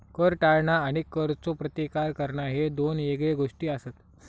कर टाळणा आणि करचो प्रतिकार करणा ह्ये दोन येगळे गोष्टी आसत